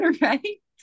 Right